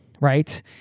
right